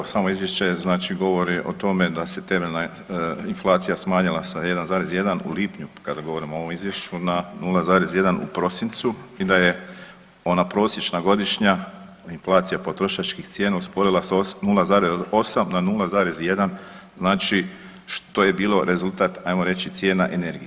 Evo, samo Izvješće znači govori o tome da se temeljna inflacija smanjila sa 1,1 u lipnju, kada govorimo o ovom Izvješću, na 0,1 u prosincu i da je ona prosječna godišnja inflacija potrošačkih cijena usporila sa 0,8 na 0,1, znači što je bilo rezultat, ajmo reći, cijena energije.